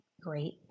great